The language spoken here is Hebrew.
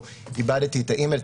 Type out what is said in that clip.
או אם איבדתי את האימייל,